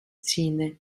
sinne